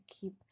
keep